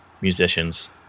musicians